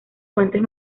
puentes